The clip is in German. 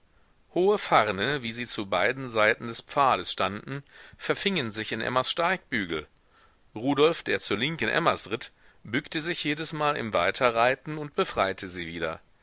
hohe farne wie sie zu beiden seiten des pfades standen verfingen sich in emmas steigbügel rudolf der zur linken emmas ritt bückte sich jedesmal im weiterreiten und befreite sie wieder